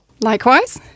Likewise